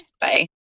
Bye